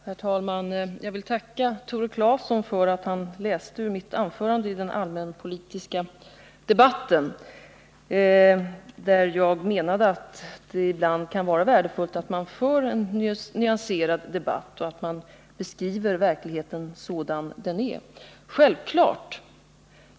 Herr talman! Jag vill tacka Tore Claeson för att han läste ur mitt anförande i den allmänpolitiska debatten, där jag sade att det ibland kan vara värdefullt att man för en nyanserad debatt och beskriver verkligheten sådan den är.